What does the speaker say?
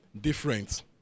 different